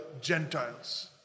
gentiles